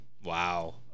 Wow